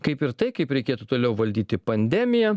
kaip ir tai kaip reikėtų toliau valdyti pandemiją